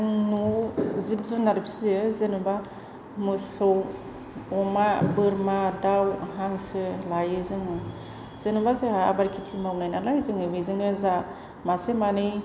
आं न'आव जिब जुनार फियो जेन'बा मोसौ अमा बोरमा दाउ हांसो लायो जोङो जेन'बा जोंहा आबाद खेथि मावनाय नालाय जोङो बेजोंनो जा मासे मानै